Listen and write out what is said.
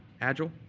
Agile